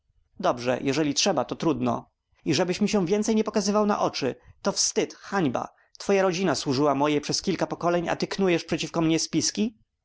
dobrze jeśli trzeba to trudno i żebyś mi się nie pokazywał na oczy to wstyd hańba twoja rodzina służyła mojej przez kilka pokoleń a ty knujesz przeciwko mnie spiski